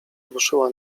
ruszyła